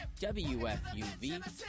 WFUV